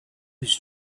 his